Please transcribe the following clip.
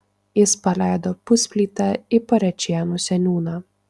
jis paleido pusplytę į parėčėnų seniūną